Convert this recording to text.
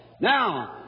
Now